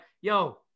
yo